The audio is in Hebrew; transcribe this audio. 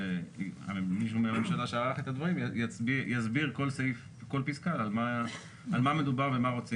מה יקרה אם בעוד שלוש שנים שאין ועדת